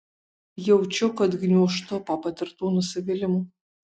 jaučiu kad gniūžtu po patirtų nusivylimų